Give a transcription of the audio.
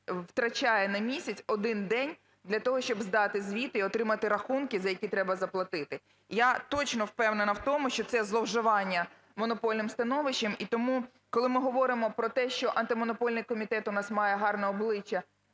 втрачає на місяць один день для того, щоб здати звіти і отримати рахунки, за які треба заплатити. Я точно впевнена в тому, що це зловживання монопольним становищем. І тому, коли ми говоримо про те, що Антимонопольний комітет у нас має гарне обличчя,